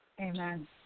Amen